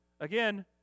Again